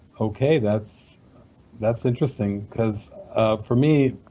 okay, that's that's interesting, because for me,